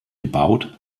gebaut